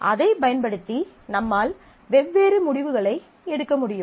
அதைப் பயன்படுத்தி நம்மால் வெவ்வேறு முடிவுகளை எடுக்க முடியும்